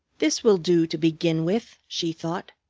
this will do to begin with, she thought.